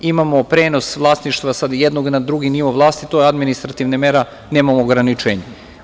Imamo prenos vlasništva sa jednog na drugi nivo vlastito, administrativnih mera, nemamo ograničenje.